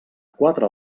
quatre